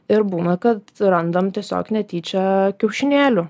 ir būna kad randam tiesiog netyčia kiaušinėlių